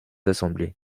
assemblées